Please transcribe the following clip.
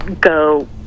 go